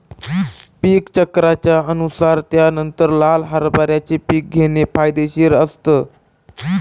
पीक चक्राच्या अनुसार त्यानंतर लाल हरभऱ्याचे पीक घेणे फायदेशीर असतं